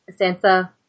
Sansa